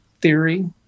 theory